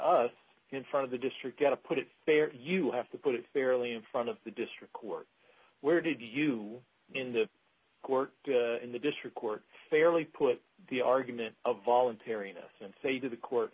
us in front of the district to put it fair you have to put it fairly in front of the district court where did you in the court in the district court fairly put the argument of voluntariness and say to the court